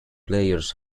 players